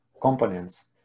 components